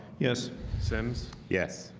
yes simms. yes,